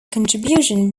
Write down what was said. contribution